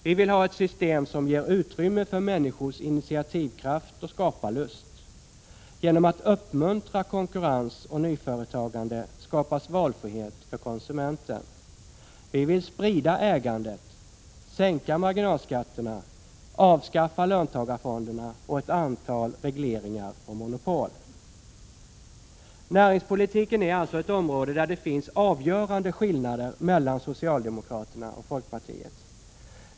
Vi vill ha ett system som ger utrymme för människors initiativkraft och skaparlust. Genom att uppmuntra konkurrens och nyföretagande skapas valfrihet för konsumenten. Vi vill sprida ägandet, sänka marginalskatterna, avskaffa löntagarfonderna och ett antal regleringar och monopol. Näringspolitiken är alltså ett område där det finns avgörande skillnader mellan socialdemokraterna och folkpartiet.